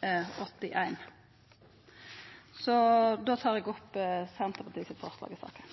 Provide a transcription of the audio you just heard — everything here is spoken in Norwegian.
80 L. Da tar eg opp forslaget frå Senterpartiet i saka.